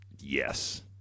Yes